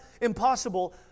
impossible